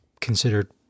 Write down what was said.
considered